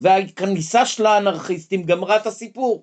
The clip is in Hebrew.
וההתכנסה של האנרכיסטים גמרה את הסיפור.